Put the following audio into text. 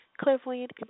Clairvoyant